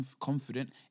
confident